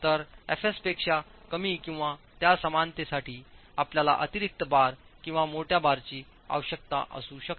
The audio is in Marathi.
तर fs पेक्षा कमी किंवा त्या समानतेसाठी आपल्याला अतिरिक्त बार किंवा मोठ्या बारची आवश्यकता असू शकते